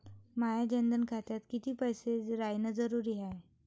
माया जनधन खात्यात कितीक पैसे रायन जरुरी हाय?